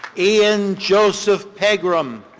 ian joseph pegram.